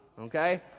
okay